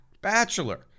Bachelor